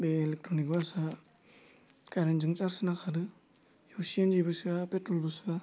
बे इलेक्ट्रनिक बासा खारेनजों सार्च होना खारो बेयाव सिनजिबो सोया पेट्रलबो सोया